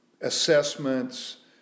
assessments